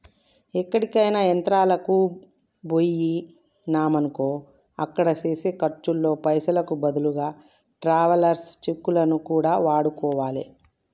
ఎక్కడికైనా యాత్రలకు బొయ్యినమనుకో అక్కడ చేసే ఖర్చుల్లో పైసలకు బదులుగా ట్రావెలర్స్ చెక్కులను కూడా వాడుకోవాలే